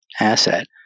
asset